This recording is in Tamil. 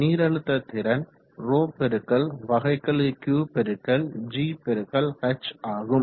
நீரழுத்த திறன் ρQ dot gh ஆகும்